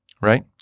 right